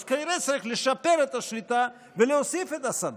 אז כנראה שצריך לשפר את השליטה ולהוסיף את הסד"כ.